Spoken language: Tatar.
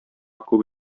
күп